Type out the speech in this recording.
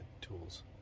tools